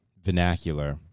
vernacular